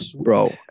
Bro